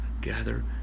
gather